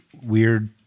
weird